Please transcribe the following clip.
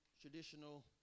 traditional